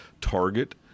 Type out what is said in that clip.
target